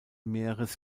meeres